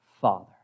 Father